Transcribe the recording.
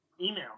email